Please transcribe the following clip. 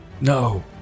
No